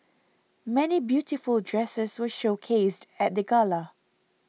many beautiful dresses were showcased at the gala